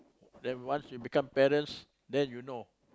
then once you become parents then you know